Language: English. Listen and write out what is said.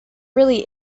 really